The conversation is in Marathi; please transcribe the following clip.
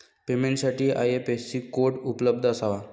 पेमेंटसाठी आई.एफ.एस.सी कोड उपलब्ध असावा